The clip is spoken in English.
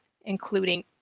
including